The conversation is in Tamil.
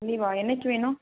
லீவா என்றைக்கி வேணும்